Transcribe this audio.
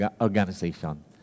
organization